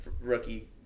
rookie